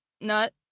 nut